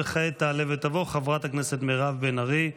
וכעת תעלה ותבוא חברת הכנסת מירב בן ארי.